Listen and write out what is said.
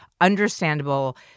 understandable